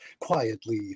quietly